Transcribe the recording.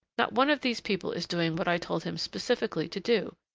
not one of these people is doing what i told him specially to do,